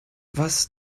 was